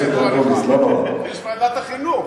יש ועדת החינוך.